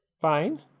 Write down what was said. Fine